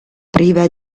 priva